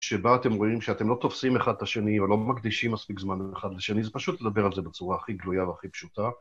שבה אתם רואים שאתם לא תופסים אחד את השני ולא מקדישים מספיק זמן אחד לשני, זה פשוט לדבר על זה בצורה הכי גלויה והכי פשוטה.